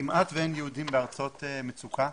כמעט שאין יהודים בארצות מצוקה,